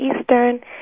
Eastern